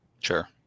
Sure